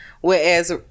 whereas